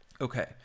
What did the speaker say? Okay